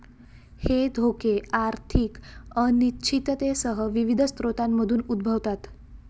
हे धोके आर्थिक अनिश्चिततेसह विविध स्रोतांमधून उद्भवतात